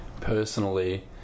personally